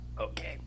Okay